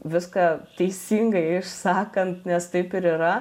viską teisingai išsakant nes taip ir yra